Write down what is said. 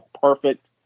perfect